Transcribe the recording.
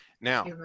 Now